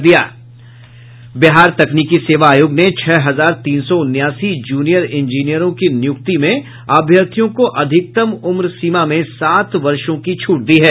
बिहार तकनीकी सेवा आयोग ने छह हजार तीन सौ उनासी जूनियर इंजीनियरों की नियुक्ति में अभ्यर्थियों को अधिकतम उम्र सीमा में सात वर्षों की छूट दी है